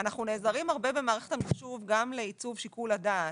אנחנו נעזרים הרבה במערכת המחשוב גם לייצוב שיקול הדעת.